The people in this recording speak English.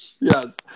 yes